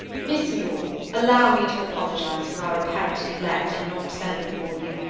miss muir, allow me to apologize for our apparent neglect in not sending for you.